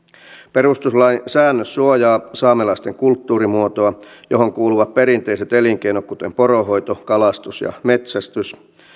perustuslain säännös suojaa saamelaisten kulttuurimuotoa johon kuuluvat perinteiset elinkeinot kuten poronhoito kalastus ja metsästys